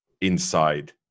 Inside